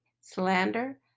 slander